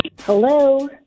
Hello